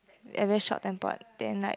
and very short temper then right